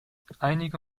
einige